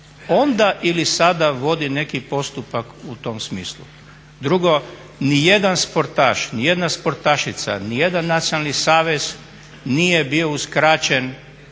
onda ili sada vodi neki postupak u tom smislu. Drugo, nijedan sportaš, nijedna sportašica, nijedan nacionalni savez nije bio uskraćen